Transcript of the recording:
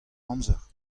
amzer